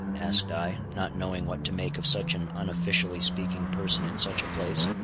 asked i, not knowing what to make of such an unofficially speaking person in such a place.